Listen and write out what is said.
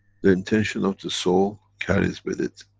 the intention of the soul carries with it,